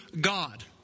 God